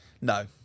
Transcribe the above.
No